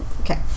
Okay